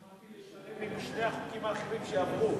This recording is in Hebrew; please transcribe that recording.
אמרתי לשלב עם שני החוקים האחרים שעברו.